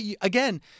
again